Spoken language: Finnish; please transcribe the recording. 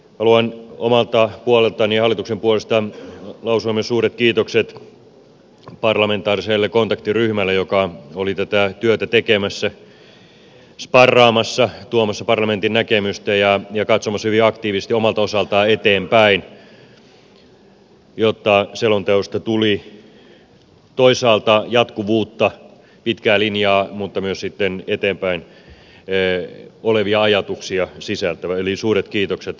haluan omasta puolestani ja hallituksen puolesta lausua myös suuret kiitokset parlamentaariselle kontaktiryhmälle joka oli tätä työtä tekemässä sparraamassa tuomassa parlamentin näkemystä ja katsomassa hyvin aktiivisesti omalta osaltaan eteenpäin jotta selonteosta tuli toisaalta jatkuvuutta pitkää linjaa mutta myös sitten eteenpäin olevia ajatuksia sisältävä eli suuret kiitokset pako ryhmälle tästä